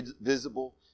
visible